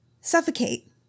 suffocate